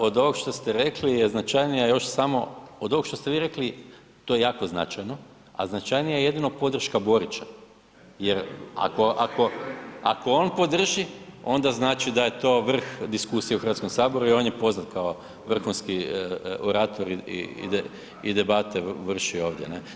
Od ovog što ste rekli je značajnija još samo, od ovog što ste vi rekli to je jako značajno, a značajnija je jedino podrška Borića, jer ako on podrži onda znači da je to vrh diskusije u Hrvatskom saboru i on je poznat kao vrhunski orator i debate vrši ovdje, ne.